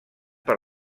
per